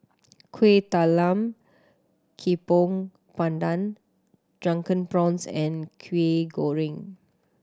Kueh Talam Tepong Pandan Drunken Prawns and Kwetiau Goreng